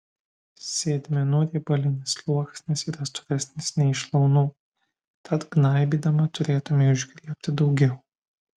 sėdmenų riebalinis sluoksnis yra storesnis nei šlaunų tad gnaibydama turėtumei užgriebti daugiau